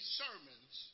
sermons